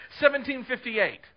1758